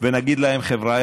ונגיד להם: חבריא,